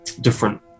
different